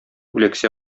үләксә